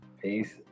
Peace